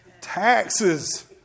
taxes